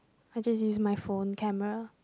I just use my phone camera